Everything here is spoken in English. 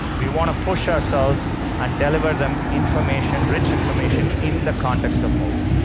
we want to push ourselves and deliver them information, rich information, in the context of mobile.